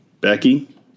Becky